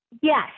Yes